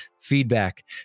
feedback